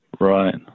Right